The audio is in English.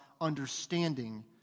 understanding